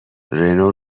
رنو